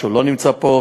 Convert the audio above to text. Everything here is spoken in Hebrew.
שלא נמצא פה,